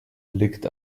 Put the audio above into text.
liegt